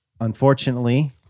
unfortunately